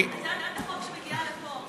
הצעת החוק שמגיעה לפה,